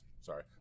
sorry